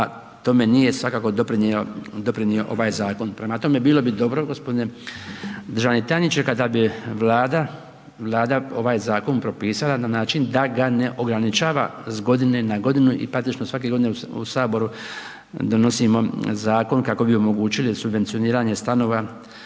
a tome nije svakako doprinio ovaj zakon. Prema tome, bilo bi dobro, gospodine državni tajniče, kada bi vlada ovaj zakon propisala da ga ne ograničava iz godine na godinu i praktično svake godine u Saboru donosimo zakon kako bi omogućili subvencioniranje stanova